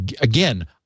again